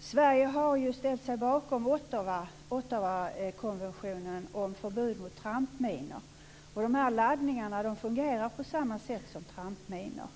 Sverige har ju ställt sig bakom Ottowakonventionen om förbud mot trampminor. De här laddningarna fungerar på samma sätt som trampminor.